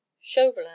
Chauvelin